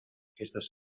aquestes